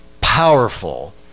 powerful